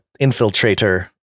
infiltrator